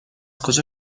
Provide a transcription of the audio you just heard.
کجا